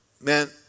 Man